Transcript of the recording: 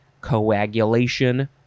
coagulation